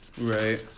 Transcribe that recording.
Right